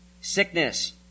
Sickness